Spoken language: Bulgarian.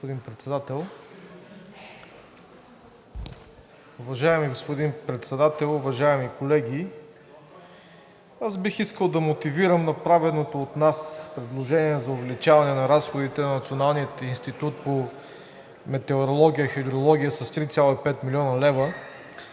господин Председател, уважаеми колеги! Аз бих искал да мотивирам направеното от нас предложение за увеличаване на разходите на Националния институт по метеорология и хидрология с 3,5 млн. лв.,